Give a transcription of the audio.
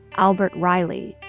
albert reilly,